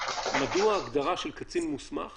מדוע ההגדרה של קצין מוסמך